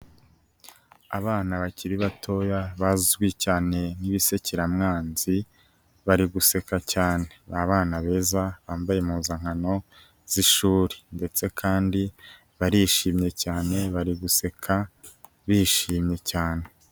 Abana bakiri batoya, bazwi cyane nk'ibisekiramwanzi, bari guseka cyane, ni abana beza bambaye impuzankano z'ishuri, ndetse kandi barishimye cyane bari guseka bishimye cyane.